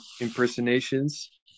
impersonations